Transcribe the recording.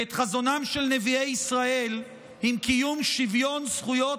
ואת חזונם של נביאי ישראל עם קיום שוויון זכויות